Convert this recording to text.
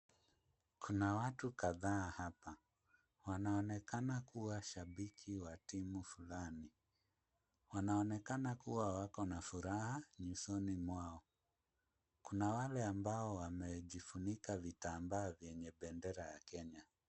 Kuna watu kadhaa hapa. Wanaonekana kuwa shabiki wa timu fulani. Wanaonekana kuwa wako na furaha nyusoni mwao. Kuna wale ambao wamejifunika vitambaa vyenye bendera ya Kenya.